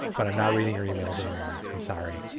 but i'm not reading your your e-mails anymore. i'm sorry,